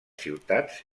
ciutats